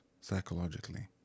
psychologically